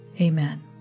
Amen